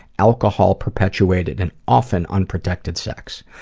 alcohol perpetuated and often unprotected sex.